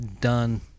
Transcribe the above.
done